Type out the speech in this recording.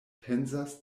pensas